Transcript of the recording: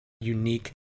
unique